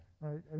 Right